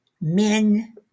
men